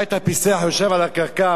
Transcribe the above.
ראה את הפיסח יושב על הקרקע,